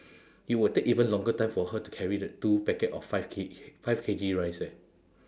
it will take even longer time for her to carry that two packet of five K five K_G rice eh